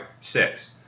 six